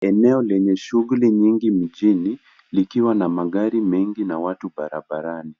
Eneo lenye shuguli nyingi mjini likiwa na magari mengi na watu barabarani.